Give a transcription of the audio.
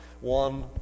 one